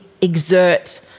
exert